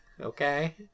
okay